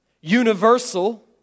Universal